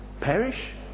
perish